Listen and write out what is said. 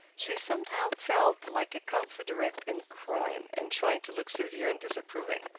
she somehow felt like a confederate in crime, and tried to look severe and disapproving.